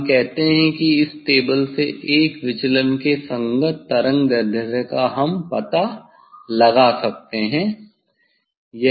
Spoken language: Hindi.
हम कहते हैं कि इस टेबल से एक विचलन के संगत तरंगदैर्ध्य का हम पता लगा सकते हैं